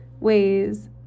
ways